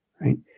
right